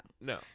No